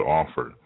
offer